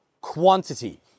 quantity